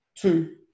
Two